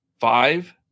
five